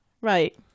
Right